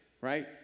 right